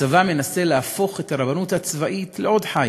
הצבא מנסה להפוך את הרבנות הצבאית לעוד חיל.